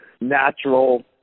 natural